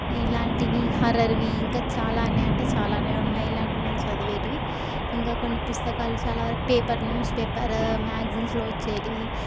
ఇలాంటివి హర్రర్వి ఇంకా చాలానే అంటే చాలానే ఉన్నాయి ఇలాంటివి నేను చదివేటివి ఇంకా కొన్ని పుస్తకాలు చాలా పేపర్ న్యూస్ పేపరు మ్యాగ్జైన్స్లో వొచ్చేటివి